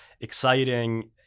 exciting